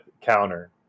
Counter